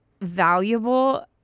valuable